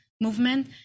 movement